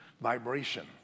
vibration